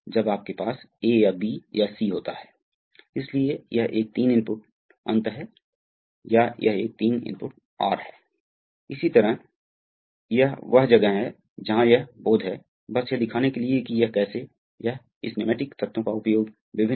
अब retraction stroke में retraction stroke में क्या होता है अतः एक्सटेंशन स्ट्रोक में यह इस तरह से जाने वाला है यह इस तरह से प्रवेश करता है और फिर फिर से यह भाग जाता है और भाग जाता है यह प्रवाह पैटर्न है विस्तार के माध्यम से रिट्रेक्शन स्ट्रोक में क्या होता है